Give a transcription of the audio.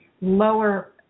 lower